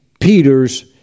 Peter's